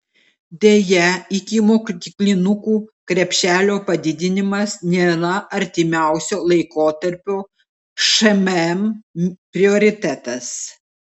deja ikimokyklinukų krepšelio padidinimas nėra artimiausio laikotarpio šmm prioritetas